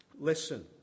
Listen